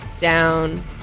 down